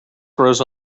grows